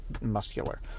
muscular